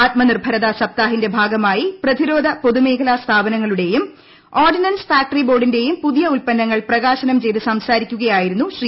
ആത്മനിർഭരത സപ്താഹിന്റെ ഭാഗമായി പ്രതിരോധ പൊതുമേഖലാ ഓർഡിനൻസ് ഫാക്ടറി ബോർഡിന്റെയും പുതിയ ഉൽപ്പന്നങ്ങൾ പ്രകാശനം ചെയ്ത് സംസാരിക്കുകയായിരുന്നു ശ്രീ